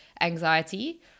anxiety